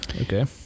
Okay